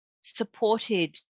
supported